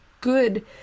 good